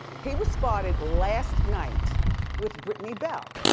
he was spotted last night with brittany bell,